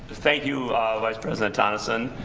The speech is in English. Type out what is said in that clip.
thank you vice president tonnison,